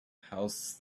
house